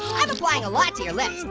i'm applying a lot to your lips.